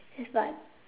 yes but